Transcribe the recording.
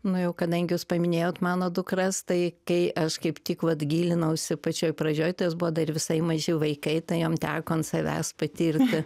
nu jau kadangi jūs paminėjot mano dukras tai kai aš kaip tik vat gilinausi pačioj pradžioj tai jos buvo dar visai maži vaikai tai jom teko ant savęs patirti